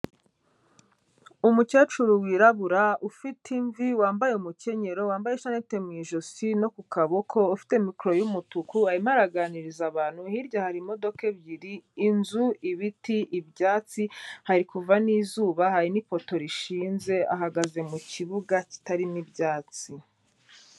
Umukecuru wirabura ufite imvi wambaye umukenyerero, wambaye ishanete mu ijosi no ku kaboko, ufite mikoro y'umutuku, arimo araganiriza abantu, hirya hari imodoka ebyiri, inzu, ibiti, ibyatsi, hari kuva n'izuba, hari n'ipoto rishinze, ahagaze mu kibuga kitarimo ibyatsi.